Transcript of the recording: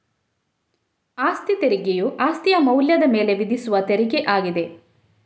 ಅಸ್ತಿ ತೆರಿಗೆಯು ಅಸ್ತಿಯ ಮೌಲ್ಯದ ಮೇಲೆ ವಿಧಿಸುವ ತೆರಿಗೆ ಆಗಿದೆ